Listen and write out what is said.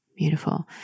Beautiful